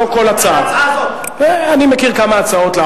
אני מדבר על ההצעה הזאת.